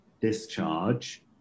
Discharge